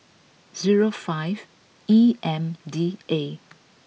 zero five E M D A